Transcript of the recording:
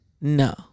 No